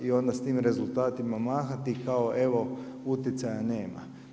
I onda s tim rezultatima mahati, kao evo, utjecaja nema.